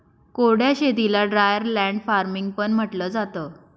कोरड्या शेतीला dryer land farming पण म्हंटलं जातं